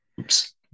Oops